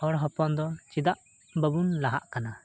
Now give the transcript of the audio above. ᱦᱚᱲ ᱦᱚᱯᱚᱱ ᱫᱚ ᱪᱮᱫᱟᱜ ᱵᱟᱵᱚᱱ ᱞᱟᱦᱟᱜ ᱠᱟᱱᱟ